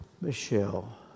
Michelle